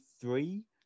three